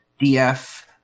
df